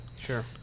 Sure